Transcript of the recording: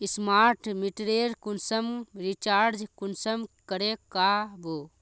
Smart मीटरेर कुंसम recharge कुंसम करे का बो?